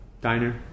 diner